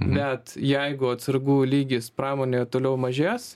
bet jeigu atsargų lygis pramonėje toliau mažės